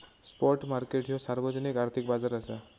spot market ह्यो सार्वजनिक आर्थिक बाजार असा